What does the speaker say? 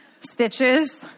Stitches